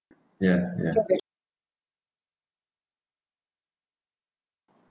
ya ya